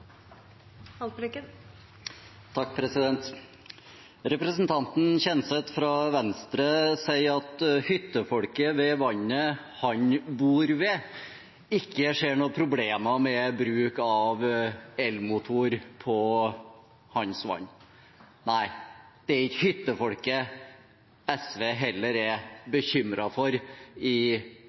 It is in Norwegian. Representanten Kjenseth fra Venstre sier at hyttefolket ved vannet han bor ved, ikke ser noen problemer med bruk av elmotor på hans vann. Nei, det er heller ikke hyttefolket SV er bekymret for i